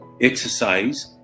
exercise